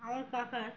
আমার কাকা